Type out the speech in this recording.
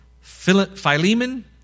Philemon